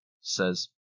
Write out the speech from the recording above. says